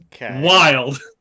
...wild